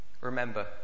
remember